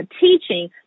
teaching